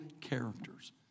characters